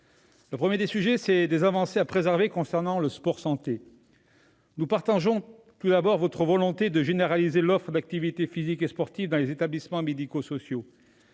Le premier sujet a trait aux avancées à préserver concernant le sport-santé. Madame la ministre, nous partageons votre volonté de généraliser l'offre d'activités physiques et sportives dans les établissements médico-sociaux,